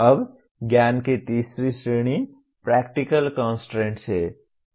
अब ज्ञान की तीसरी श्रेणी प्रैक्टिकल कंस्ट्रेंट्स है